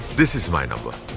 this is my number.